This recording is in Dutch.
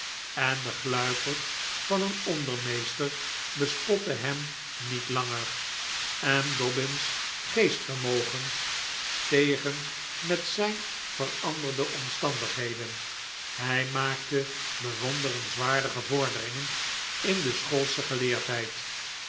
en de gluiperd van een ondermeester bespotte hem niet langer en dobbin's geestvermogens stegen met zijn veranderde omstandigheden hij maakte bewonderenswaardige vorderingen in de schoolsche geleerdheid